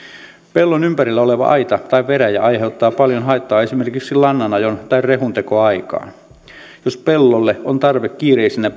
pellon ympärillä oleva aita tai veräjä aiheuttaa paljon haittaa esimerkiksi lannanajon tai rehunteon aikaan jos pellolle on tarve kiireisinä